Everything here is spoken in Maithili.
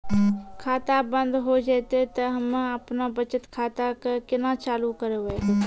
खाता बंद हो जैतै तऽ हम्मे आपनौ बचत खाता कऽ केना चालू करवै?